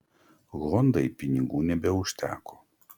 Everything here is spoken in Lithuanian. hondai pinigų nebeužteko